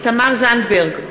תמר זנדברג,